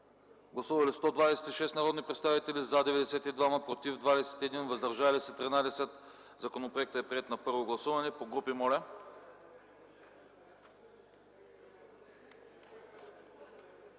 Гласували 126 народни представители: за 92, против 21, въздържали се 13. Законопроектът е приет на първо гласуване. Отрицателен